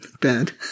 Bad